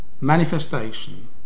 manifestation